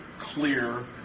clear